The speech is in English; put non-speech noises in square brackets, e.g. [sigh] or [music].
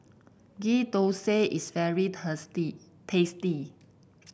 Ghee Thosai is very [unintelligible] tasty